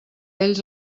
ells